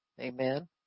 Amen